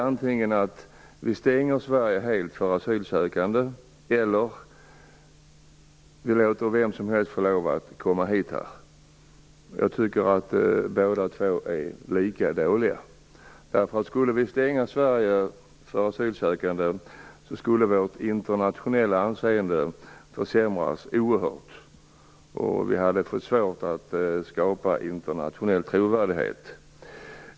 Antingen stänger vi Sverige helt för asylsökande eller också låter vi vem som helst få lov att komma hit. Jag tycker att båda dessa vägar är lika dåliga. Om vi stängde Sverige för asylsökande skulle vårt internationella anseende försämras oerhört. Vi hade då fått svårt att skapa en internationell trovärdighet.